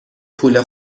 پول